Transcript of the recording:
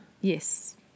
Yes